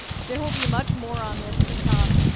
there will be much more on this to come,